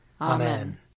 Amen